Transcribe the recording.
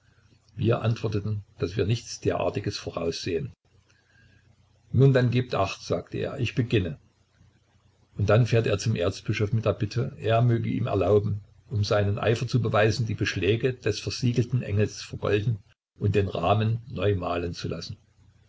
wir antworteten daß wir nichts derartiges voraussähen nun dann gebt acht sagt er ich beginne und dann fährt er zum erzbischof mit der bitte er möge ihm erlauben um seinen eifer zu beweisen die beschläge des versiegelten engels vergolden und den rahmen neu malen zu lassen